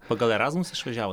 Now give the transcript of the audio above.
pagal erasmus išvažiavot